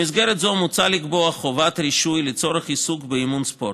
במסגרת זו מוצע לקבוע חובת רישוי לצורך עיסוק באימון ספורט.